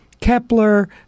Kepler